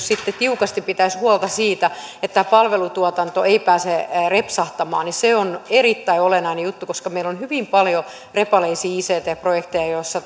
sitten tiukasti pitäisi huolta siitä että palvelutuotanto ei pääse repsahtamaan niin se on erittäin olennainen juttu koska meillä on hyvin paljon repaleisia ict projekteja joissa